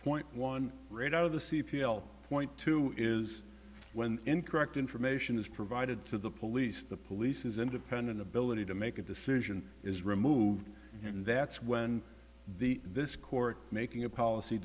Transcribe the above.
point one right out of the c p l point two is when incorrect information is provided to the police the police is independent ability to make a decision is removed and that's when the this court making a policy